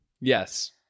Yes